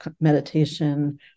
meditation